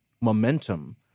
momentum